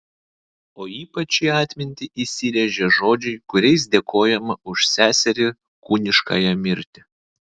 o ypač į atmintį įsirėžia žodžiai kuriais dėkojama už seserį kūniškąją mirtį